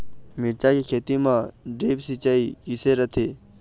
मिरचा के खेती म ड्रिप सिचाई किसे रथे?